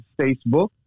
Facebook